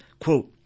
Quote